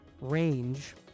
range